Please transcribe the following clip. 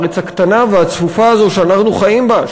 הארץ הקטנה והצפופה הזאת שאנחנו חיים בה,